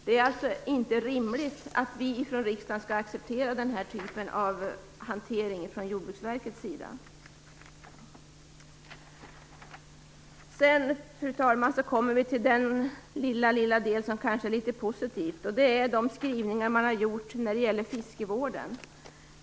Det är alltså inte rimligt att riksdagen skall acceptera den här typen av hantering från Jordbruksverkets sida. Fru talman! Så kommer vi till den lilla, lilla del som kanske är litet positiv. Det gäller de skrivningar som gjorts om fiskevården.